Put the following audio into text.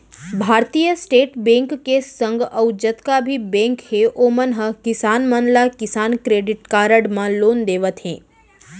भारतीय State Bank के संग अउ जतका भी बेंक हे ओमन ह किसान मन ला किसान क्रेडिट कारड म लोन देवत हें